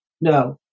No